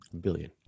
billion